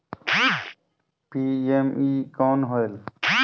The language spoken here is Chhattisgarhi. पी.एम.ई कौन होयल?